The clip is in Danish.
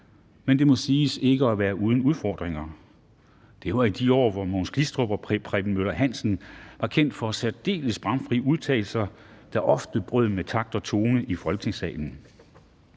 Men det må siges ikke at have været uden udfordringer. Det var i de år, hvor Mogens Glistrup og Preben Møller Hansen var kendt for særdeles bramfrie udtalelser, der ofte brød med takt og tone i Folketingssalen.